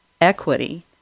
equity